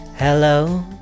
Hello